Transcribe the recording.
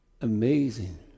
Amazing